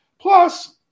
Plus